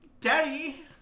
Daddy